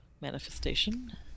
manifestation